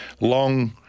Long